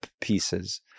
pieces